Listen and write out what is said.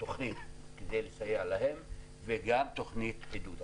תוכנית כדי לסייע להם וגם תוכנית עידוד.